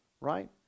right